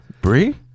Bree